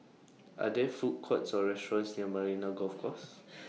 Are There Food Courts Or restaurants near Marina Golf Course